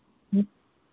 ह्म्म